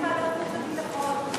אין ועדת חוץ וביטחון.